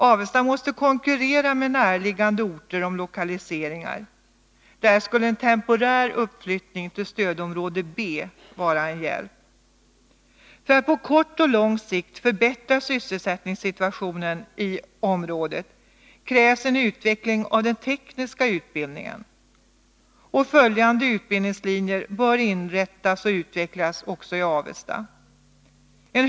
Avesta måste konkurrera med näraliggande orter om lokaliseringar. Där skulle en temporär uppflyttning till stödområdet B vara en hjälp. För att på kort och lång sikt förbättra sysselsättningssituationen i området krävs en utveckling av den tekniska utbildningen. Följande utbildningslinjer bör inrättas och utvecklas också i Avesta.